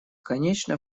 конечно